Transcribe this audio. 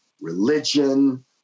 religion